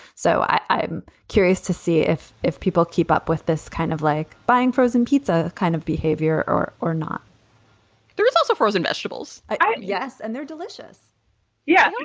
so i'm curious to see if if people keep up with this kind of like buying frozen pizza kind of behavior or or not there is also frozen vegetables. yes. and they're delicious yeah